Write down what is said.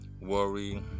worry